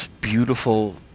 beautiful